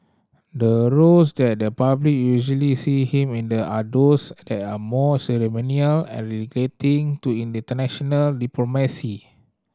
the roles that the public usually see him in the are those that are more ceremonial and relating to international diplomacy